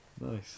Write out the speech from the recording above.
Nice